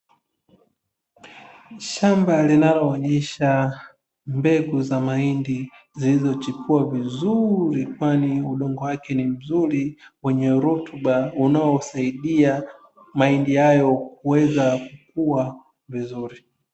Shamba linaloonyesha mbegu za mahindi zilizochipua vizuri, kwani udongo wake ni mzuri wenye rutuba unaosaidia mahindi hayo kuweza kuwa vizuri.